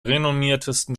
renommiertesten